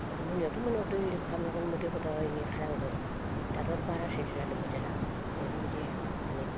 आर' मोनायावथ' मोनायाव दैलिगखा मेगन मोदैखा हदायनो दाथ' आरो बारासिनसो जादों मैदेरा इदि बादि माने